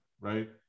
right